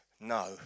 no